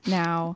now